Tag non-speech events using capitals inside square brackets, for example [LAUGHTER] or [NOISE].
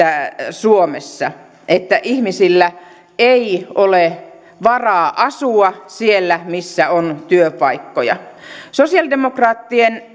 suomessa että ihmisillä ei ole varaa asua siellä missä on työpaikkoja sosialidemokraattien [UNINTELLIGIBLE]